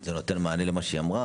זה נותן מענה למה שהיא אמרה?